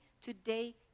today